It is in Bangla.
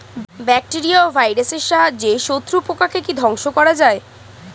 ব্যাকটেরিয়া ও ভাইরাসের সাহায্যে শত্রু পোকাকে কি ধ্বংস করা যায়?